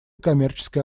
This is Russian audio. коммерческой